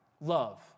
Love